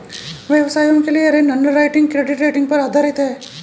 व्यवसायों के लिए ऋण अंडरराइटिंग क्रेडिट रेटिंग पर आधारित है